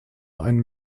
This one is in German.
ein